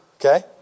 Okay